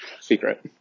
secret